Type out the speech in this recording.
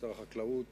שר החקלאות,